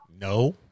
No